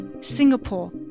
Singapore